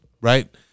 right